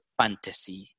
fantasy